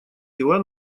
дела